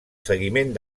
seguiment